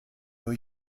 new